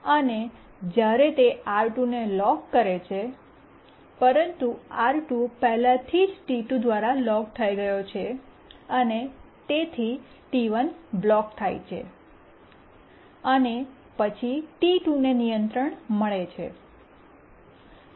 અને જ્યારે તે R2 ને લોક કરે છે પરંતુ R2 પહેલાથી જ T2 દ્વારા લોક થઈ ગયો છે અને તેથી T1 બ્લોક થાય છે અને પછી T2 ને નિયંત્રણ મળે છે